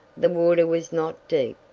the water was not deep,